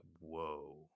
whoa